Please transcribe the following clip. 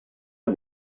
est